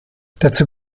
dazu